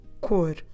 cor